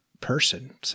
person